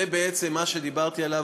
זה בעצם מה שדיברתי עליו,